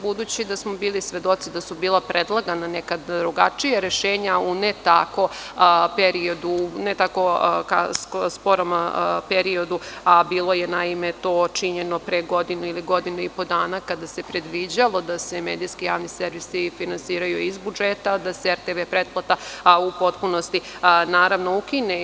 Budući da smo bili svedoci da su bila predlagana neka drugačija rešenja u ne tako skorom periodu, bilo je to činjeno pre godinu, godinu i po dana, kada se predviđalo da se medijski javni servisi finansiraju iz budžeta, da se RTV pretplata u potpunosti ukine.